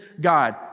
God